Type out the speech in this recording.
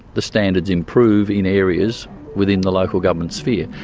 the standards improve in areas within the local government sphere,